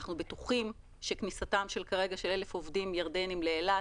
אנחנו בטוחים שכניסתם של 1,000 עובדים ירדנים לאילת